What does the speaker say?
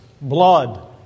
blood